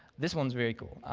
this one is very cool.